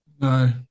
No